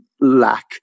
lack